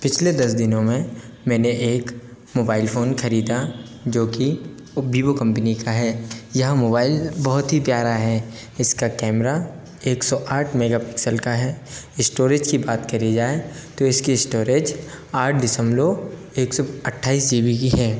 पिछले दस दिनों में मैंने एक मोबाइल फ़ोन खरीदा जो कि वो बिवो कम्पनी का है यह मोबाइल बहुत ही प्यारा है इसका कैमरा एक सौ आठ मेगापिक्सल का है स्टोरेज की बात करी जाए तो इसकी स्टोरेज आठ दशमलव एक सौ अट्ठाईस जी बी की है